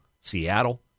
Seattle